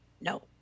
no